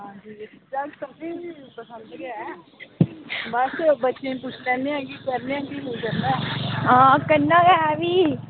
आं करना गै भी